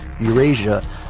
Eurasia